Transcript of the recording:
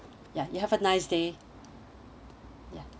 ya you have a nice day